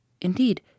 Indeed